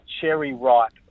cherry-ripe